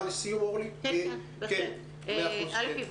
אל"ף,